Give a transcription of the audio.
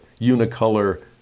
unicolor